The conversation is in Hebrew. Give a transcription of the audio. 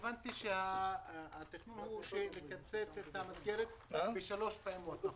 הבנתי שהתכנון הוא לקצץ את המסגרת בשלוש פעימות.